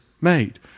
made